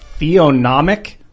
Theonomic